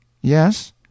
Yes